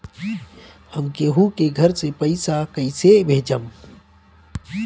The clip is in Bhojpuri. हम केहु के घर से पैसा कैइसे भेजम?